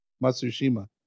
Matsushima